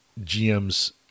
GMs